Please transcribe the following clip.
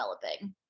developing